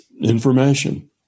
information